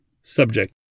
Subject